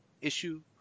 issue